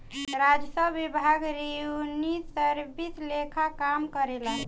राजस्व विभाग revenue service लेखा काम करेला